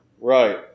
right